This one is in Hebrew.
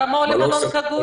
כמה אמרת שעולה מלון סגור?